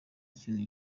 ikintu